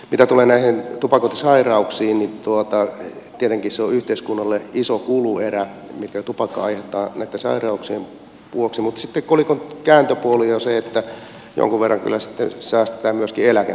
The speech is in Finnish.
mitä tulee tupakointisairauksiin niin tietenkin se on yhteiskunnalle iso kuluerä minkä tupakka aiheuttaa näitten sairauksien vuoksi mutta sitten kolikon kääntöpuoli on se että jonkun verran kyllä sitten säästetään myöskin eläkemenoissa